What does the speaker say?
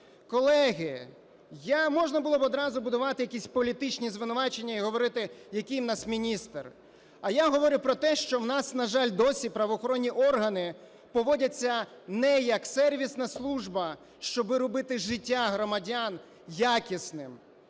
Колеги, можна було б одразу будувати якісь політичні звинувачення і говорити, який у нас міністр. А я говорю про те, що у нас, на жаль, досі правоохоронні органи поводяться не як сервісна служба, щоб робити життя громадян якісним,